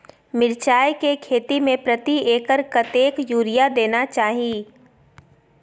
मिर्चाय के खेती में प्रति एकर कतेक यूरिया देना चाही?